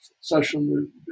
session